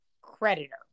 creditor